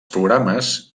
programes